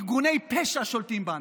ארגוני פשע שולטים בנו.